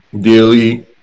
daily